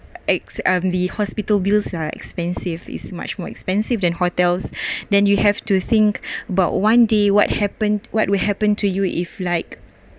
extremely the hospital bills are expensive is much more expensive than hotels then you have to think about one day what happen what will happen to you if like